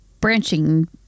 branching